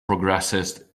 progressist